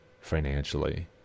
financially